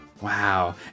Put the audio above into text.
Wow